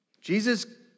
Jesus